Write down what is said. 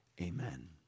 Amen